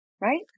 Right